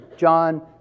John